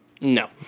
No